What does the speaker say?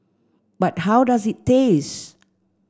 but how does it taste